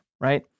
right